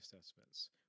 assessments